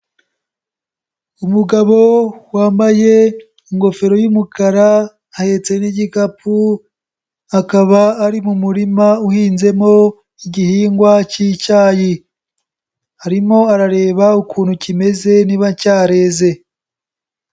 Umugabo wambaye ingofero y'umukara ahetse n'igikapu akaba ari mu murima uhinzemo igihingwa k'icyayi arimo arareba ukuntu kimeze niba cyareze.